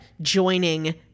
joining